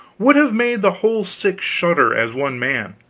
would have made the whole six shudder as one man,